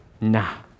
nah